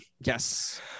Yes